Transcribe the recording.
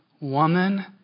woman